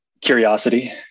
curiosity